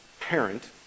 parent